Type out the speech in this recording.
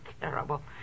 Terrible